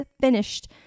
finished